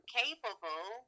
capable